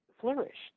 flourished